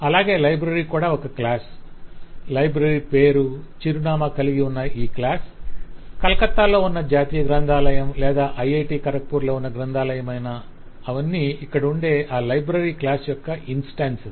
అలాగే లైబ్రరీ కూడా ఒక క్లాస్ లైబ్రరి పేరు చిరునామాను కలిగి ఉన్న క్లాస్ కలకత్తాలో ఉన్న జాతీయ గ్రంథాలయం లేదా ఐఐటి ఖరగ్పూర్ లో ఉన్న గ్రంధాలమైన ఆవన్నీ ఇక్కడుండే ఆ లైబ్రరీ క్లాస్ యొక్క ఇన్స్టాన్సులు